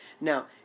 Now